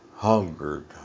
hungered